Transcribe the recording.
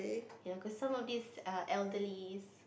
you know cause some of this uh elderly